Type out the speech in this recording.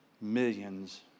Millions